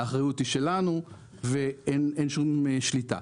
האחריות היא שלנו ואין שום שליטה.